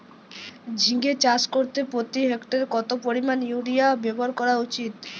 ঝিঙে চাষ করতে প্রতি হেক্টরে কত পরিমান ইউরিয়া ব্যবহার করা উচিৎ?